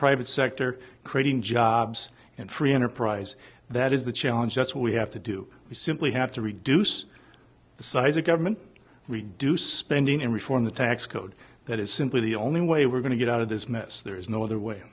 private sector creating jobs and free enterprise that is the challenge that's what we have to do we simply have to reduce the size of government reduce spending and reform the tax code that is simply the only way we're going to get out of this mess there is no other way